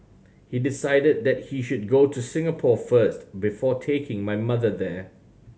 he decided that he should go to Singapore first before taking my mother there